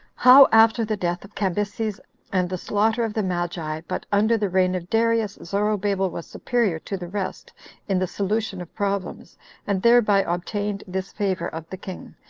how after the death of cambyses and the slaughter of the magi but under the reign of darius, zorobabel was superior to the rest in the solution of problems and thereby obtained this favor of the king,